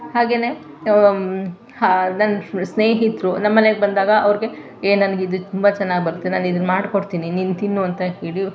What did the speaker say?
ಹಾಗೇ ನನ್ನ ಸ್ನೇಹಿತರು ನಮ್ಮ ಮನೇಗೆ ಬಂದಾಗ ಅವ್ರಿಗೆ ಏ ನನಗಿದು ತುಂಬ ಚೆನ್ನಾಗ್ ಬರುತ್ತೆ ನಾನಿದನ್ನು ಮಾಡ್ಕೊಡ್ತೀನಿ ನೀನು ತಿನ್ನು ಅಂತ ಹೇಳಿ